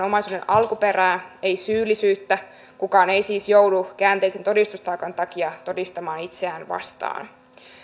omaisuuden alkuperää ei syyllisyyttä kukaan ei siis joudu käänteisen todistustaakan takia todistamaan itseään vastaan